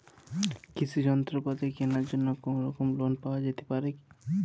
কৃষিযন্ত্রপাতি কেনার জন্য কোনোরকম লোন পাওয়া যেতে পারে?